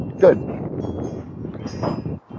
Good